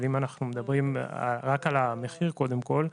אם אנחנו מדברים רק על המחיר קודם כל,